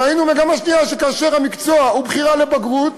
וראינו מגמה שנייה שכאשר המקצוע הוא בחירה לבגרות,